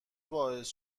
باعث